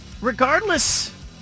Regardless